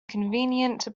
convenient